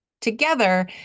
Together